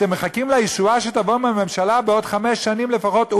אתם מחכים לישועה שתבוא מהממשלה בעוד חמש שנים לפחות,